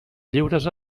lliures